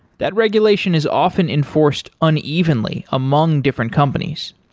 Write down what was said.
that regulation is often enforced unevenly among different companies.